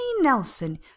Nelson